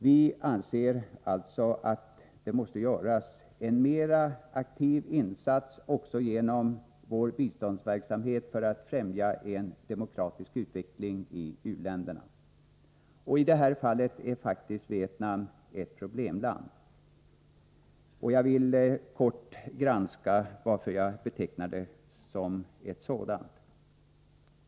Vi anser att det måste göras mer aktiva insatser också genom vår biståndsverksamhet för att främja en demokratisk utveckling i u-länderna. I detta hänseende är Vietnam faktiskt ett problemland. Jag vill kort utveckla varför jag betecknar landet som ett sådant.